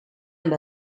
amb